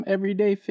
Everyday